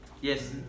Yes